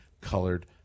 colored